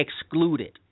excluded